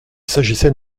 s’agissait